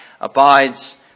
abides